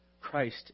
Christ